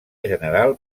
general